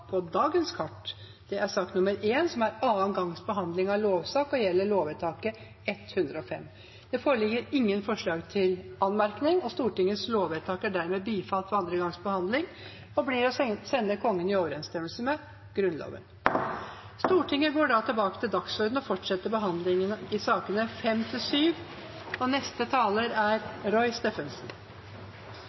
på dagens kart. Sak nr. 1 er andre gangs behandling av lovsak og gjelder lovvedtak 105. Det foreligger ingen forslag til anmerkning. Stortingets lovvedtak er dermed bifalt ved andre gangs behandling og blir å sende Kongen i overensstemmelse med Grunnloven. Neste taler er Roy Steffensen.